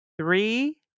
Three